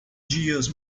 dias